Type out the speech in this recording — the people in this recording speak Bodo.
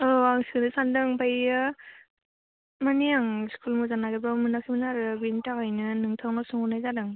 औ आं सोनो सान्दों आमफायो मानि आं स्कुल मोजां नागिरब्लाबो मोनाखैमोन आरो बेनि थाखायनो नोंथांनाव सोंहरनाय जादों